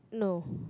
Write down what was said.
no